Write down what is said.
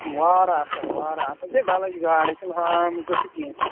واریاہ اَصٕل واریاہ اَصٕل یہِ چھا ڈَلٕچ گاڈٕ یہِ چھُنہٕ عام قٕسمٕ کیٚنٛہہ